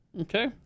Okay